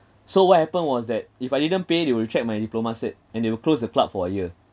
so what happened was that if I didn't pay they'll retract my diploma cert and they will close the club for a year